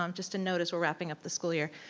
um just to note as we're wrapping up the school year.